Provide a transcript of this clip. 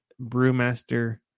Brewmaster